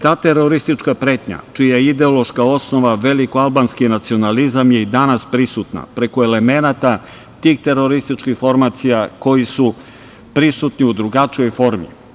Ta teroristička pretnja čija je ideološka osnova velikoalbanski nacionalizam je i danas prisutna, preko elemenata tih terorističkih formacija koji su prisutni u drugačijoj formi.